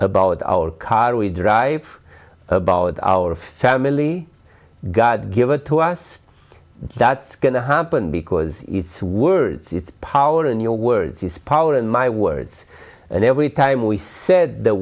about our car we drive about our family god give it to us that's going to happen because it's words it's power in your words is power in my words and every time we said the